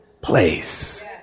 place